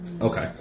Okay